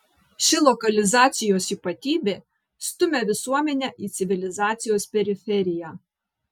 ši lokalizacijos ypatybė stumia visuomenę į civilizacijos periferiją